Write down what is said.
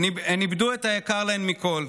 הן איבדו את היקר להן מכול.